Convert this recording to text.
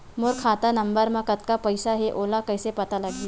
मोर खाता नंबर मा कतका पईसा हे ओला कइसे पता लगी?